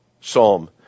psalm